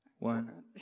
One